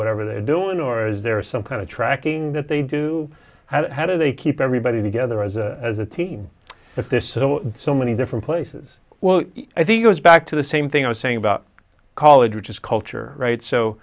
whatever they're doing or is there some kind of tracking that they do how do they keep everybody together as a as a team at this so many different places well i think goes back to the same thing i was saying about college which is culture right so